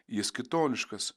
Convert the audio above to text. jis kitoniškas